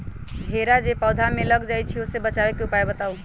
भेरा जे पौधा में लग जाइछई ओ से बचाबे के उपाय बताऊँ?